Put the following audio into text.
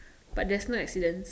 but there's no accidents